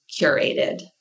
curated